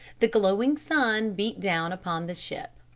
the glowing sun beat down upon the ship.